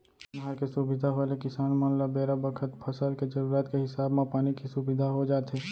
नहर के सुबिधा होय ले किसान मन ल बेरा बखत फसल के जरूरत के हिसाब म पानी के सुबिधा हो जाथे